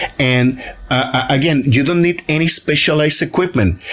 and again, you don't need any specialized equipment.